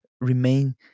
remain